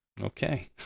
Okay